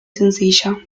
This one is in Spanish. sencilla